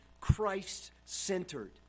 Christ-centered